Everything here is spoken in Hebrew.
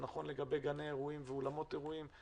זה נכון לגבי גני אירועים ואולמות אירועים,